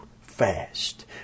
fast